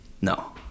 no